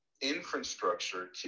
infrastructure